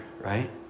right